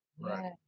Right